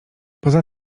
poza